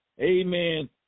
amen